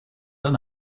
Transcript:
een